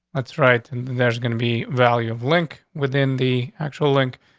that's right. and then there's gonna be value of link within the actual link,